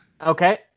Okay